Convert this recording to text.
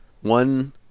one